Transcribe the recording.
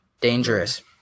dangerous